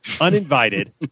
uninvited